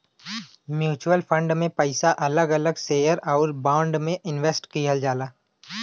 mutual fund में पइसा अलग अलग शेयर आउर बांड में इनवेस्ट किहल जाला